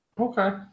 Okay